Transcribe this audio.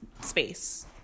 space